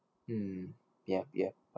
mm yup yup